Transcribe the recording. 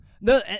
No